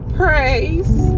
praise